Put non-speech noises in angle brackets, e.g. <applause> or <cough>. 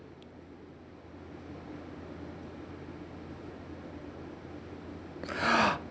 <noise>